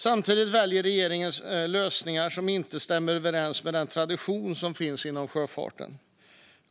Samtidigt väljer regeringen lösningar som inte stämmer överens med den tradition som finns inom sjöfarten.